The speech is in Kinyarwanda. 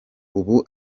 ubu